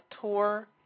tour